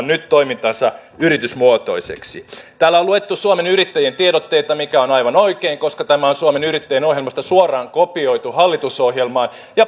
nyt toimintansa yritysmuotoiseksi täällä on luettu suomen yrittäjien tiedotteita mikä on aivan oikein koska tämä on suomen yrittäjien ohjelmasta suoraan kopioitu hallitusohjelmaan